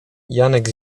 janek